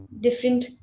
different